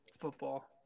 football